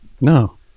no